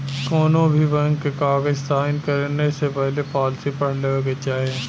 कौनोभी बैंक के कागज़ साइन करे से पहले पॉलिसी पढ़ लेवे के चाही